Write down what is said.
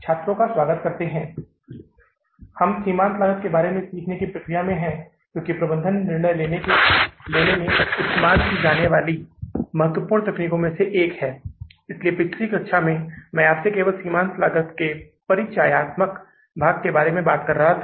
छात्रों का स्वागत है तो पिछली कक्षा में हम नकद बजट तैयार कर रहे थे हम सीख रहे थे कि नकद बजट कैसे तैयार किया जाए और पिछली कक्षा में हमने जहां छोड़ा था वह था यह जून जुलाई और अगस्त तीन महीने के लिए त्रैमासिक बजट है